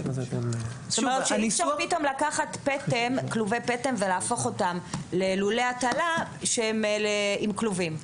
אי אפשר פתאום לקחת כלובי פטם ולהפוך אותם ללולי הטלה עם כלובים.